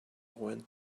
went